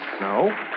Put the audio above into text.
no